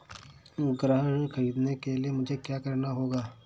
गृह ऋण ख़रीदने के लिए मुझे क्या करना होगा?